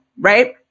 right